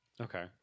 Okay